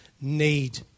need